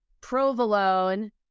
provolone